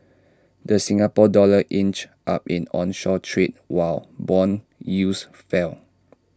the Singapore dollar inched up in onshore trade while Bond yields fell